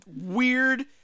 weird